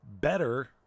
better